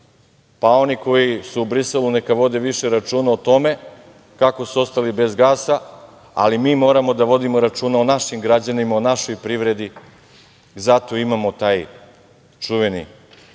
pa oni koji su u Briselu neka vode više računa o tome kako su ostali bez gasa, ali moramo da vodimo računa o našim građanima, o našoj privredi, zato imamo taj čuveni